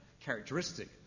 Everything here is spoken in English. characteristic